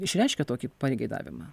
išreiškia tokį pageidavimą